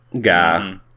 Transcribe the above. guy